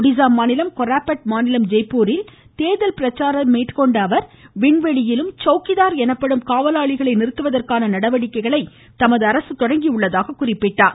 ஒடிசா மாநிலம் கொராபட் மாநிலம் ஜெய்போரில் இன்று தேர்தல் பிரச்சாரம் மேற்கொண்ட அவர் விண்வெளியிலும் சவுக்கிதார் எனப்படும் காவலாளிகளை நிறுத்துவதற்கான நடவடிக்கைகளை தமது அரசு தொடங்கியுள்ளதாக குறிப்பிட்டார்